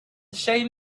shame